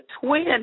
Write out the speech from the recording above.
twin